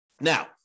Now